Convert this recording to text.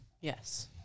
Yes